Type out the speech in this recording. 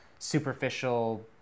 superficial